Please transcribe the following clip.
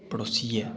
पड़ोसी ऐ